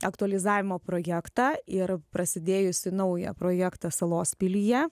aktualizavimo projektą ir prasidėjusį naują projektą salos pilyje